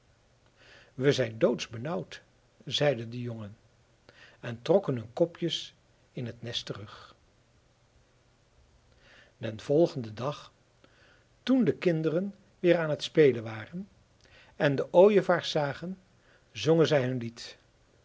we zijn doodsbenauwd zeiden de jongen en trokken hun kopjes in het nest terug den volgenden dag toen de kinderen weer aan het spelen waren en de ooievaars zagen zongen zij hun lied